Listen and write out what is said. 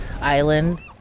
island